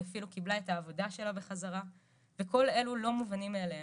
היא אפילו קיבלה את העבודה שלה בחזרה וכל אלה לא מובנים מאליהם,